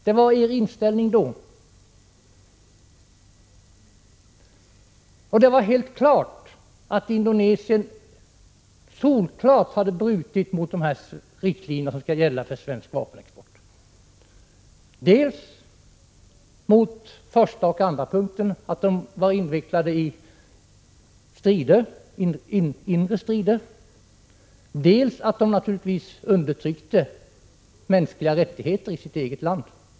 Det var moderaternas inställning då. Det var helt solklart att Indonesien hade brutit mot de riktlinjer som skall gälla för svensk vapenexport, dels mot första och andra punkten, därför att landet var invecklat i inre strider, dels genom att man naturligtvis undertryckte mänskliga rättigheter i sitt eget land.